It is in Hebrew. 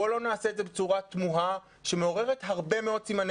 בוא לא נעשה את זה בצורה תמוהה שמעוררת הרבה סימני